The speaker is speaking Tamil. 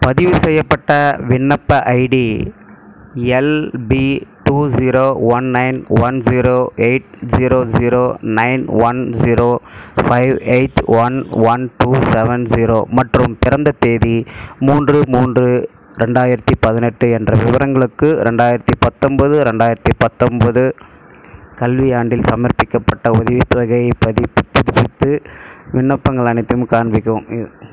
பதிவுசெய்யப்பட்ட விண்ணப்ப ID L P two zero one nine one zero eight zero zero nine one zero five eight one one two seven zero மற்றும் பிறந்த தேதி மூன்று மூன்று ரெண்டாயிரத்தி பதினெட்டு என்ற விவரங்களுக்கு ரெண்டாயிரத்தி பத்தொம்போது ரெண்டாயிரத்தி பத்தொம்போது கல்வியாண்டில் சமர்ப்பிக்கப்பட்ட உதவித்தொகைப் பதிப்பு புதுப்பிப்பு விண்ணப்பங்கள் அனைத்தையும் காண்பிக்கவும் இது